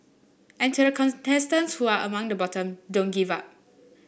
and to the contestants who are among the bottom don't give up